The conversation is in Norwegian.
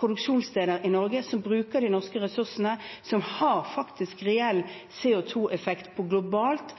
produksjonssteder i Norge, som bruker de norske ressursene, som har reell CO2-effekt globalt